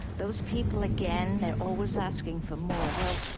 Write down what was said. those people again, they're always asking for more. well,